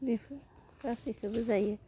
बेखो गासैखौबो जायो